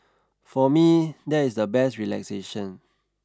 for me that is the best relaxation